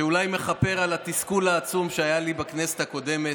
שאולי מכפר על התסכול העצום שהיה לי בכנסת הקודמת.